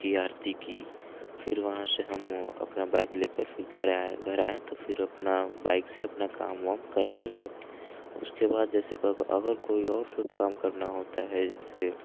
उनकी आरती की फिर वहाँ से हम अपना बाइक लेकर फिर घर आएँ घर आएँ तो फ़िर अपना बाइक से अपना काम वाम करने लगे उसके बाद जैसे अगर कोई और शुभ काम करना होता है जैसे